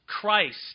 Christ